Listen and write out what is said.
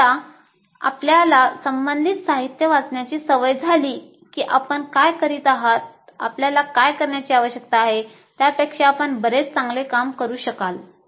एकदा आपल्याला संबंधित साहित्य वाचण्याची सवय झाली की आपण काय करीत आहात आपल्याला काय करण्याची आवश्यकता आहे त्यापेक्षा आपण बरेच चांगले काम करू शकाल